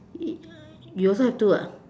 it uh you also have to ah